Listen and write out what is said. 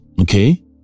Okay